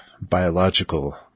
biological